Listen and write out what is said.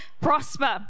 prosper